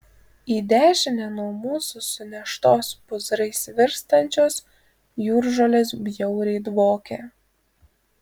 į dešinę nuo mūsų suneštos pūzrais virstančios jūržolės bjauriai dvokė